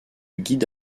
guide